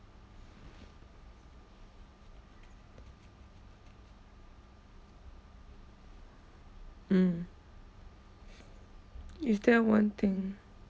mm is there one thing